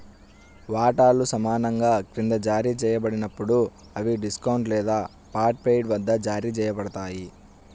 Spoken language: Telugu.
వాటాలు సమానంగా క్రింద జారీ చేయబడినప్పుడు, అవి డిస్కౌంట్ లేదా పార్ట్ పెయిడ్ వద్ద జారీ చేయబడతాయి